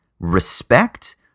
respect